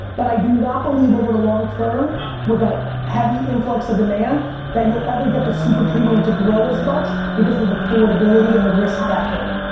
but i do not believe over the long term with a heavy influx of demand that you'll ever get the super premium to grow as much because of the affordability and the risk factor.